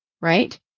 Right